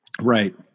Right